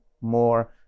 more